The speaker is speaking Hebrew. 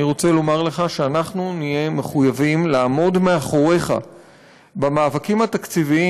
אני רוצה לומר לך שאנחנו נהיה מחויבים לעמוד מאחוריך במאבקים התקציביים